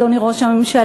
אדוני ראש הממשלה,